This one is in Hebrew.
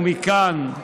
ומכאן,